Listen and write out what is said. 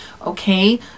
Okay